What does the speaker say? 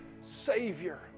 Savior